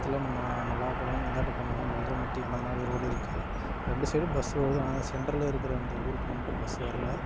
பக்கத்தில் மா மல்லாபுரம் இந்தாண்ட போனீங்ள்கன்னால் மில்டர்ப்பட்டி அந்த மாதிரி ரோடு இருக்குது ரெண்டு சைடும் பஸ் ஓடுது ஆனால் சென்ட்ரிலிருக்குற அந்த ஊருக்கு மட்டும் பஸ் வரல